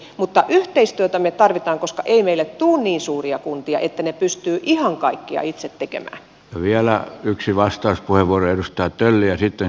mutta yhteistyötä me tarvitsemme koska ei meille tule niin suuria kuntia että ne pystyvät ihan kaiken itse tekemään vielä yksi vastauspuheenvuoro edustaja tölliä sitten